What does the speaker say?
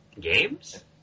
games